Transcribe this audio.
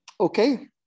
Okay